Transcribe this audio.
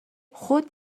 خود